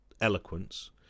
eloquence